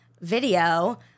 video